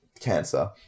cancer